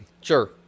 Sure